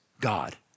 God